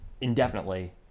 indefinitely